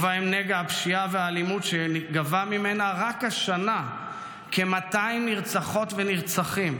ובהם נגע הפשיעה והאלימות שגבה ממנה רק השנה כ-200 נרצחות ונרצחים,